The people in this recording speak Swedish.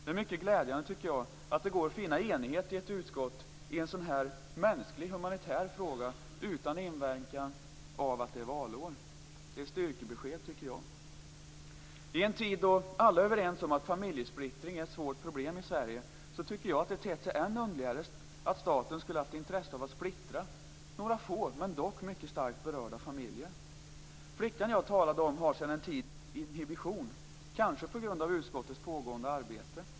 Det är mycket glädjande, tycker jag, att det går att finna enighet i ett utskott i en sådan här humanitär fråga utan inverkan av att det är valår. Det är ett styrkebesked, tycker jag. I en tid då alla är överens om att familjesplittring är ett svårt problem i Sverige tycker jag att det ter sig än underligare att staten skulle ha haft intresse av att splittra några få, dock mycket starkt berörda familjer. Flickan jag talade om har sedan en tid inhibition, kanske på grund av utskottets pågående arbete.